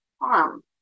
harm